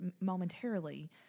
momentarily